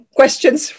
questions